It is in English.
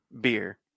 beer